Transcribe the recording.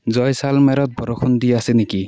জয়ছলমেৰত বৰষুণ দি আছে নেকি